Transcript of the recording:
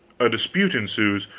a dispute ensues,